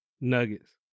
Nuggets